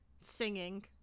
singing